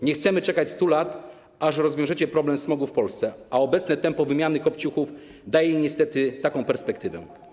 Nie chcemy czekać stu lat, aż rozwiążecie problem smogu w Polsce, a obecne tempo wymiany kopciuchów daje niestety taką perspektywę.